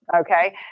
Okay